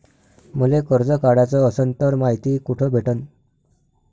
मले कर्ज काढाच असनं तर मायती कुठ भेटनं?